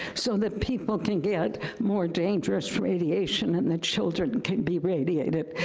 so that people can get more dangerous radiation and the children can be radiated.